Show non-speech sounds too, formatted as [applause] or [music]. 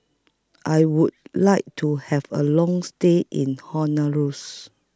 I Would like to Have A Long stay in [unintelligible]